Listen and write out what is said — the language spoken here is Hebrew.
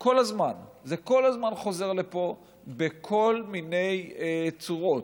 כל הזמן, זה כל הזמן חוזר לפה בכל מיני צורות.